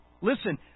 Listen